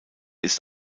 ist